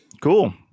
cool